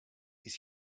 ist